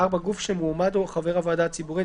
(4)גוף שמועמד או חבר הוועדה הציבורית,